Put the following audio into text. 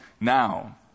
now